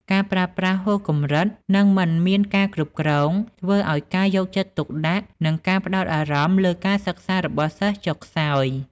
ការប្រើប្រាស់ហួសកម្រិត និងមិនមានការគ្រប់គ្រង ធ្វើឱ្យការយកចិត្តទុកដាក់ និងការផ្តោតអារម្មណ៍លើការសិក្សារបស់សិស្សចុះខ្សោយ។